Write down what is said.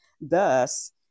thus